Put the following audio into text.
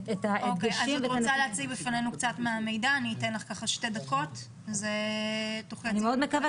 אוקיי, אתן לך שתי דקות ותוכלי להציג.